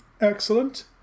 Excellent